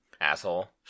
Asshole